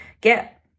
get